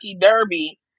Derby